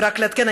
ורק לעדכן,